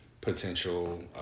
potential